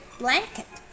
blanket